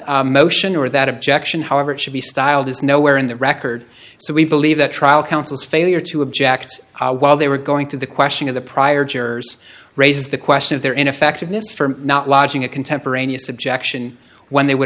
motion or that objection however should be styled is nowhere in the record so we believe that trial counsel's failure to object while they were going to the question of the prior jurors raises the question of their ineffectiveness for not lodging a contemporaneous objection when they would